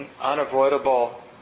unavoidable